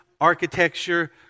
architecture